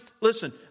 listen